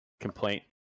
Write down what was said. complaint